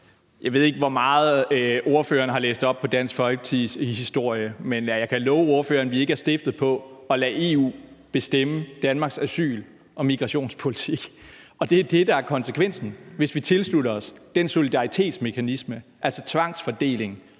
Jeg ved ikke, hvor meget ordføreren har læst op på Dansk Folkepartis historie, men jeg kan love ordføreren, at vi ikke er stiftet på at lade EU bestemme Danmarks asyl- og migrationspolitik, og det er det, der er konsekvensen, hvis vi tilslutter os den solidaritetsmekanisme, altså den tvangsfordeling,